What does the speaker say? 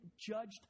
judged